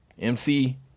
MC